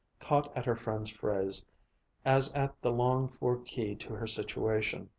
caught at her friend's phrase as at the longed-for key to her situation.